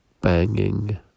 banging